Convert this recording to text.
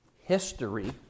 History